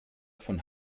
von